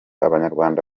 abanyarwanda